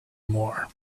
more